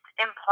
imply